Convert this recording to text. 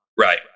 Right